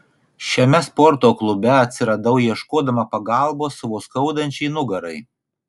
šiame sporto klube atsiradau ieškodama pagalbos savo skaudančiai nugarai